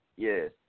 Yes